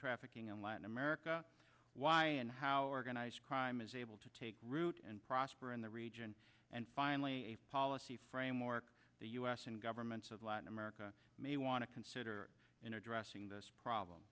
trafficking in latin america why and how organized crime is able to take root and prosper in the region and finally a policy framework the us and governments of latin america may want to consider in addressing this